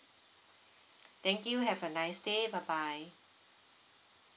thank you have a nice day bye bye